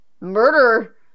murder